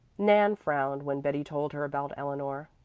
nan frowned when betty told her about eleanor.